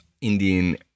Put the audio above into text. Indian